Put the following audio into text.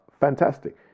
Fantastic